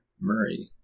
Murray